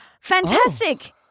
fantastic